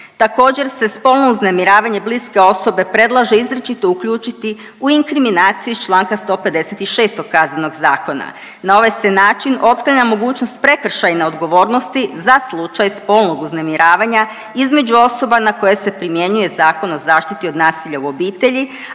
Također se spolno uznemiravanje bliske osobe predlaže izričito isključiti u inkriminaciji iz čl. 156. Kaznenog zakona. Na ovaj se način otklanja mogućnost prekršajne odgovornosti za slučaj spolnog uznemiravanja između osoba na koje se primjenjuje Zakon o zaštiti od nasilja u obitelji,